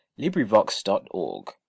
LibriVox.org